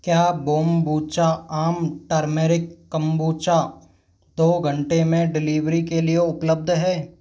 क्या बोम्बुचा आम टर्मेरिक कम्बुचा दो घंटे में डिलीवरी के लिए उपलब्ध है